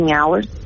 hours